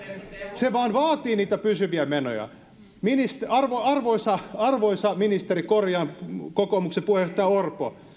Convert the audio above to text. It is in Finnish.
se vain vaatii niitä pysyviä menoja arvoisa arvoisa kokoomuksen puheenjohtaja orpo